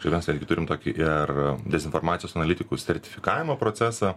ir mes irgi turim tokį ir dezinformacijos analitikų sertifikavimo procesą